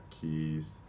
Keys